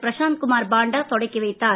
பிரசாந்த் குமார் பாண்டா தொடக்கி வைத்தார்